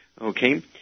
Okay